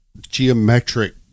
geometric